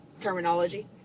terminology